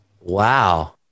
Wow